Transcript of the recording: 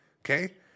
okay